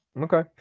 Okay